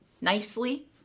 nicely